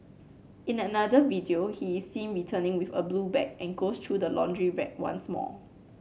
in another video he is seen returning with a blue bag and goes through the laundry rack once more